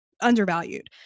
undervalued